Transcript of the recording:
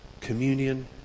communion